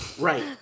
Right